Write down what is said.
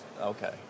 okay